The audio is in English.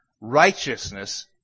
righteousness